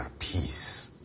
peace